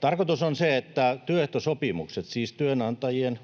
Tarkoitus on se, että työehtosopimuksia, siis työnantajien